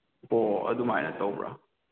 ꯑꯣ ꯑꯗꯨꯃꯥꯏꯅ ꯇꯧꯕ꯭ꯔꯥ